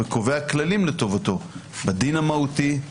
וקובע כללים לטובתו בדין המהותי,